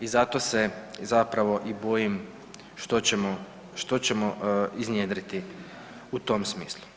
i zato se zapravo i bojim što ćemo iznjedriti u tom smislu.